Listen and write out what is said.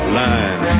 line